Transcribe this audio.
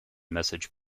message